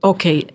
Okay